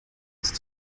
ist